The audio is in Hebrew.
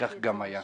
וכך גם היה.